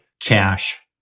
Cash